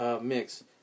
mix